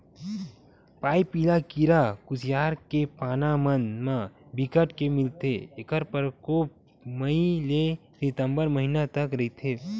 पाइपिला कीरा कुसियार के पाना मन म बिकट के मिलथे ऐखर परकोप मई ले सितंबर महिना तक रहिथे